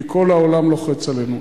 כי כל העולם לוחץ עלינו?